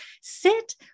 sit